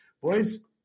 boys